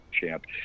champ